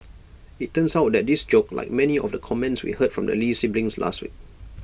IT turns out that this joke like many of the comments we heard from the lee siblings this week